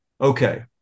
okay